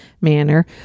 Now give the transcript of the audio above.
manner